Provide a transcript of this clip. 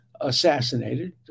assassinated